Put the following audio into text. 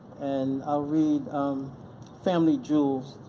and i'll read um family jewels.